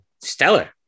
stellar